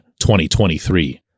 2023